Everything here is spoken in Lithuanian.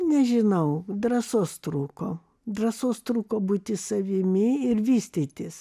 nežinau drąsos trūko drąsos trūko būti savimi ir vystytis